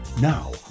now